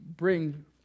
bring